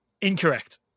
Incorrect